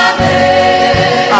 Amen